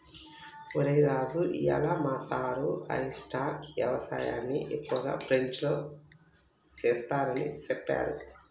ఒరై రాజు ఇయ్యాల మా సారు ఆయిస్టార్ యవసాయన్ని ఎక్కువగా ఫ్రెంచ్లో సెస్తారని సెప్పారు